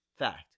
Fact